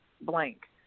blank